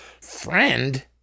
Friend